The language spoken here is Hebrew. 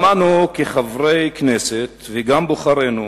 גם אנו, חברי כנסת, וגם בוחרינו,